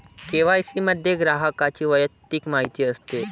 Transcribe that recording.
KYC मध्ये ग्राहकाची वैयक्तिक माहिती असते